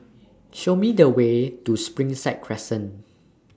Show Me The Way to Springside Crescent